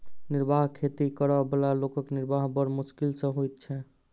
निर्वाह खेती करअ बला लोकक निर्वाह बड़ मोश्किल सॅ होइत छै